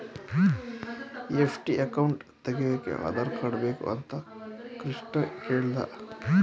FD account ತೆಗೆಯೋಕೆ Aadhaar card ಬೇಕು ಅಂತ ಕೃಷ್ಣ ಕೇಳ್ದ